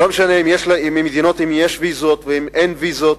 לא משנה אם הם ממדינות שיש ויזות או אין ויזות,